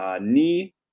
knee